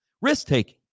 risk-taking